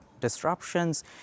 disruptions